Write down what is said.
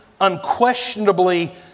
unquestionably